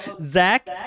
Zach